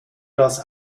das